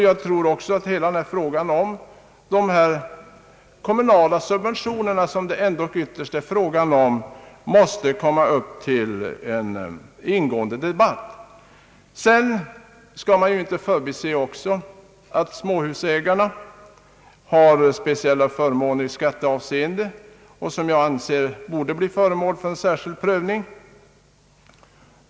Jag tror också att hela denna fråga om de kommunala subventionerna för en viss grupp — villaägarna — som det här ändock ytterst gäller, måste tas upp till ingående debatt. Vi bör vidare inte förbise att småhusägaren har speciella förmåner i skattehänseende, som jag anser böra bli föremål för särskild prövning.